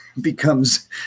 becomes